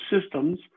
systems